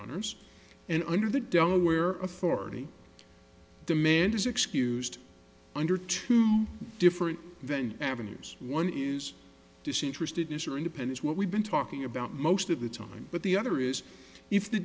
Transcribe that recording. owners and under the delaware authority demand is excused under two different venue avenues one is disinterested is or independence what we've been talking about most of the time but the other is if the